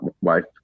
wife